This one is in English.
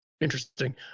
Interesting